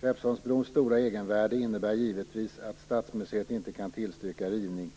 Skeppsholmsbrons stora egenvärde innebär givetvis att Stadsmuseet inte kan tillstyrka rivning.